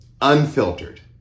unfiltered